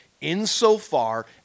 insofar